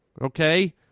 Okay